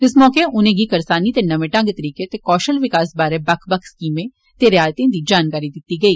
इस मौके उनें गी करसानी दे नमे ढंग तरीके ते कौशल विकास बारे बक्ख बक्ख स्कीमें ते रिआयतें दी जानकारी दिती गेई